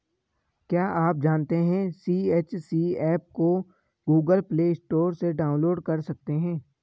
क्या आप जानते है सी.एच.सी एप को गूगल प्ले स्टोर से डाउनलोड कर सकते है?